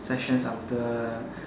sessions after